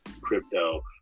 crypto